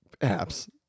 apps